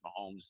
Mahomes